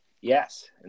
Yes